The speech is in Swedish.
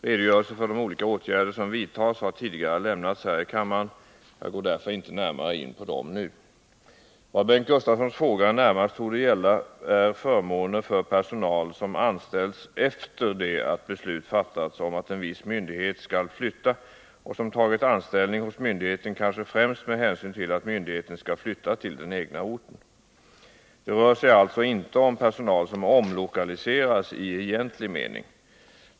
Redogörelse för de olika åtgärder som vidtas har tidigare lämnats här i kammaren. Jag går därför inte närmare in på dem nu. Vad Bengt Gustavssons fråga närmast torde gälla är förmåner för personal som anställts efter det att beslut fattats om att en viss myndighet skall flytta och som tagit anställning hos myndigheten kanske främst med hänsyn till att myndigheten skall flytta till den egna orten. Det rör sig alltså inte om personal som omlokaliseras i egentlig mening.